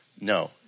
No